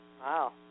Wow